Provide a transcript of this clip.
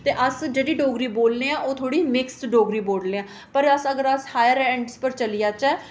ते अस जेह्ड़ी डोगरी बोलने ओह् थोह्ड़ी मिक्स डोगरी बोलने आं पर अस अगर अस हायर एंड पर चली जाचै